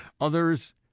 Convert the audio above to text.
Others